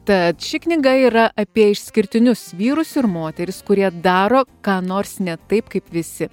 tad ši knyga yra apie išskirtinius vyrus ir moteris kurie daro ką nors ne taip kaip visi